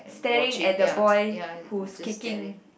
staring at the boy who's kicking